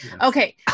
Okay